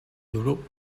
europe